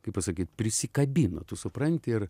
kaip pasakyt prisikabino tu supranti ir